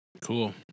Cool